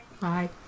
Bye